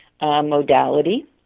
modality